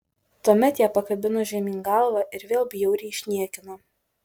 tuomet ją pakabino žemyn galva ir vėl bjauriai išniekino